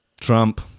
Trump